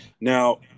Now